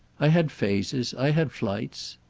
i had phases. i had flights.